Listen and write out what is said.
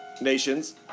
nations